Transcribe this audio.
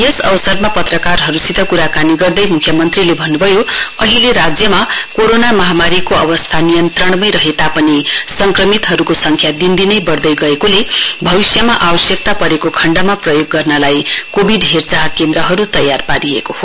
यस अवसरमा पत्रकारहरूसित क्राकानी गर्दै म्ख्यमन्त्रीले भन्न्भयो अहिले राज्यमा कोरोना महामारीको अवस्था नियन्त्रणमै रहे तापनि संक्रमितहरूको सङ्ख्या दिन दिन बढ्दै गएकोले भविष्यमा आवश्यकता परेको खण्डमा प्रयोग गर्नलाई कोविड हेर्चाह केन्द्रहरू तयार पारिएको हो